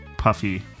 Puffy